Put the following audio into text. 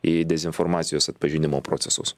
į dezinformacijos atpažinimo procesus